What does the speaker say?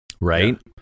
Right